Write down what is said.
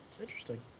Interesting